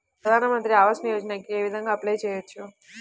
ప్రధాన మంత్రి ఆవాసయోజనకి ఏ విధంగా అప్లే చెయ్యవచ్చు?